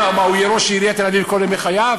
מה, הוא יהיה ראש עיריית תל-אביב כל ימי חייו?